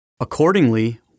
Accordingly